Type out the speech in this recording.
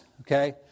okay